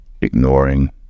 Ignoring